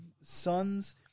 sons